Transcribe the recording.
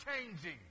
changing